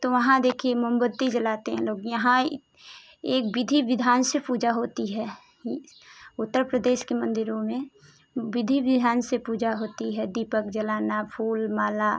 तो वहाँ देखिए मोमबत्ती जलाते हैं लोग यहाँ एक विधि विधान से पूजा होती है उत्तर प्रदेश के मंदिरों में विधि विधान से पूजा होती है दीपक जलाना फूल माला